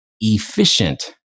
efficient